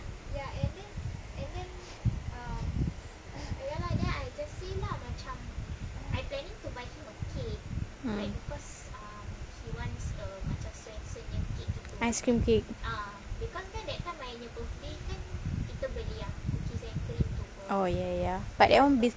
mm ice cream cake oh ya ya ya but that [one]